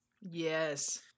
Yes